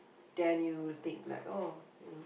the you think like oh you know